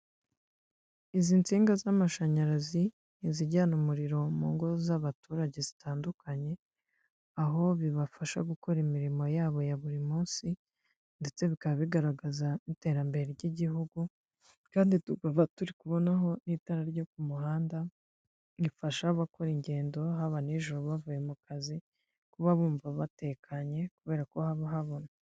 Izi nsinga z'amashanyarazi ni izijyana umuriro mu ngo z'abaturage zitandukanye, aho bibafasha gukora imirimo yabo ya buri munsi ndetse bikaba bigaragaza n'iterambere ry'igihugu kandi tukaba turi kubonaho n'itara ryo ku muhanda, rifasha abakora ingendo haba n'ijoro bavuye mu kazi, kuba bumva batekanye kubera ko haba habona.